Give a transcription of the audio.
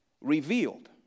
revealed